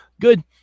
good